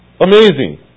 Amazing